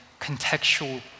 contextual